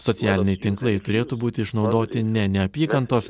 socialiniai tinklai turėtų būti išnaudoti ne neapykantos